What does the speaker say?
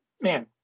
man